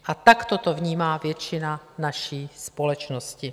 A takto to vnímá většina naší společnosti.